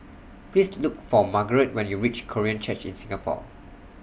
Please Look For Margarette when YOU REACH Korean Church in Singapore